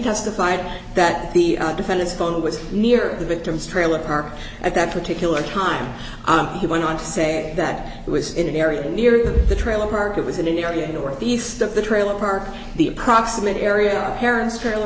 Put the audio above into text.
testified that the defendant's phone was near the victim's trailer park at that particular time he went on to say that it was in an area near the trailer park it was in an area northeast of the trailer park the approximate area parents trailer